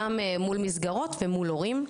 גם מול מסגרות ומול הורים.